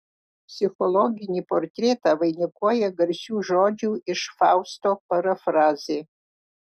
psichologinį portretą vainikuoja garsių žodžių iš fausto parafrazė